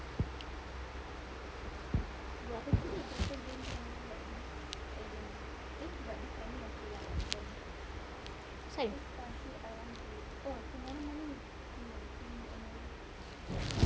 asal